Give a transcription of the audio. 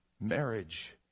Marriage